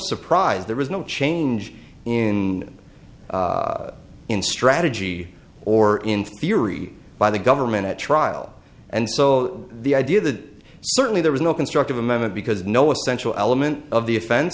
surprise there was no change in in strategy or in theory by the government at trial and so the idea that certainly there was no constructive amendment because no one central element of the offen